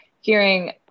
hearing